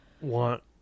want